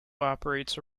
operates